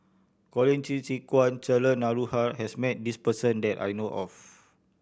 Colin Qi Zhe Quan and Cheryl Noronha has met this person that I know of